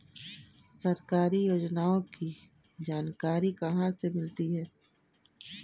सरकारी योजनाओं की जानकारी कहाँ से मिलती है?